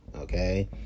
Okay